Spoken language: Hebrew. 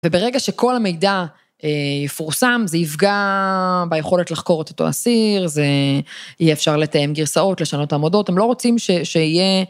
וברגע שכל המידע יפורסם, זה יפגע ביכולת לחקור את אותו אסיר, זה אי אפשר לתאם גרסאות, לשנות עמדות, הם לא רוצים שיהיה...